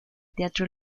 teatro